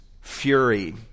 fury